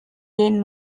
gain